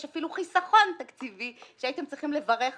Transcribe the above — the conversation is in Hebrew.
יש אפילו חסכון תקציבי שהייתם צריכים לברך עליו.